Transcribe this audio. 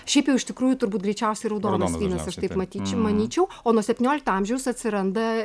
šiaip jau iš tikrųjų turbūt greičiausiai raudonas vynas aš taip matyčiau manyčiau o nuo septyniolikto amžiaus atsiranda